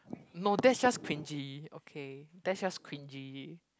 no that's just cringey okay that's just cringey